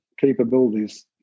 capabilities